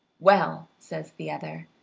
well, says the other,